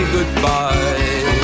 Goodbye